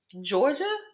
Georgia